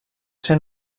ser